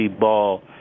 ball